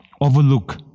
overlook